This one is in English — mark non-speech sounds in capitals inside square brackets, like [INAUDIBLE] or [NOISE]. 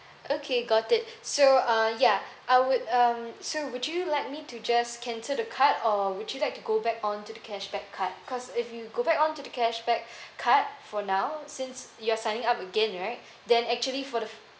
okay got it so uh yeah I would um so would you like me to just cancel the card or would you like to go back on to cashback card cause if you go back on to cashback [BREATH] card for now since you're signing up again right then actually for the